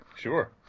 Sure